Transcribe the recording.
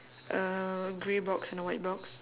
a grey box and a white box